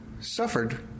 suffered